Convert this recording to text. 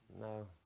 no